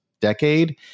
decade